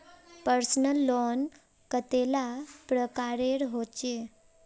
Personal loan कतेला प्रकारेर होचे?